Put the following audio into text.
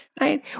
Right